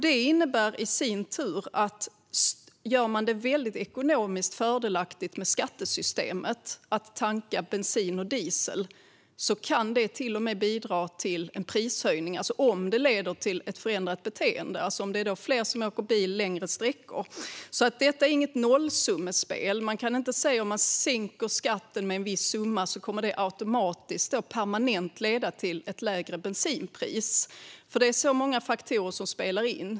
Detta innebär i sin tur att om man gör det väldigt ekonomiskt fördelaktigt i skattesystemet att tanka bensin och diesel kan det till och med bidra till en prishöjning, om det leder till ett förändrat beteende, alltså att fler åker bil längre sträckor. Detta är inget nollsummespel. Man kan inte säga att om man sänker skatten med en viss summa kommer det automatiskt och permanent att leda till ett lägre bensinpris, för det är många faktorer som spelar in.